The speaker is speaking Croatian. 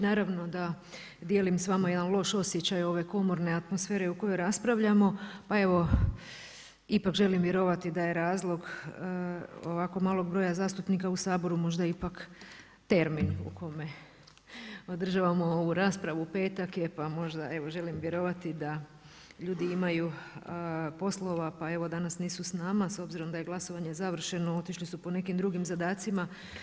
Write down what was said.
Naravno da dijelim s vama jedan loš osjećaj ove komorne atmosfere u kojoj raspravljamo pa evo ipak želim vjerovati da je razlog ovako malog broja zastupnika u Saboru možda ipak termin u kome održavamo ovu raspravu, petak je pa evo želim vjerovati da ljudi imaju poslova pa evo danas nisu s nama s obzirom da je glasovanje završeno otišli su po nekim drugim zadacima.